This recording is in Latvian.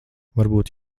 varbūt